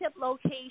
location